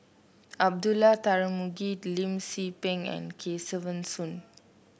Abdullah Tarmugi Lim Tze Peng and Kesavan Soon